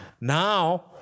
Now